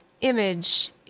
image